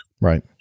right